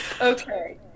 Okay